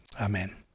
amen